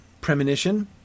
premonition